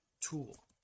tool